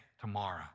tomorrow